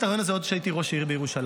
הרעיון הזה עוד כשהייתי ראש עיר בירושלים.